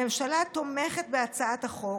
הממשלה תומכת בהצעת החוק,